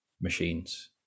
machines